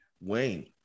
Wayne